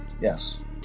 Yes